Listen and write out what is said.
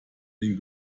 den